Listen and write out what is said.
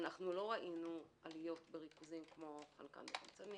לא ראינו עליות בריכוזים כמו חנקן דו חמצני